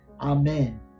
Amen